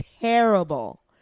terrible